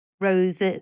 rose